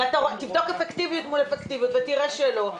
תבדוק אפקטיביות מול אפקטיביות ותראה שלא.